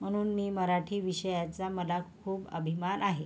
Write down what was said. म्हणून मी मराठी विषयाचा मला खूप अभिमान आहे